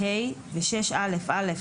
על אף האמור בסעיפים 3ב(ב) ו-(ה) ו-6א(א)